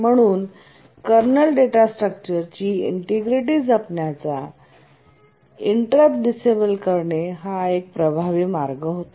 म्हणून kernel data स्ट्रक्चरची integrity जपण्याचा इंटरप्ट डिसेबल करणे हा एक प्रभावी मार्ग होता